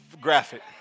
graphic